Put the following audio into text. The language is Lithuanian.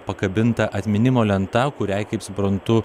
pakabinta atminimo lenta kuriai kaip suprantu